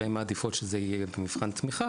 הרי הן מעדיפות שזה יהיה במבחן תמיכה,